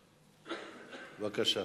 בבקשה.